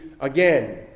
again